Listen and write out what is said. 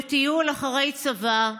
לטיול אחרי צבא.